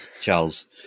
Charles